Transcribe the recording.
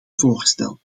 voorstel